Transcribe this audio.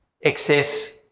excess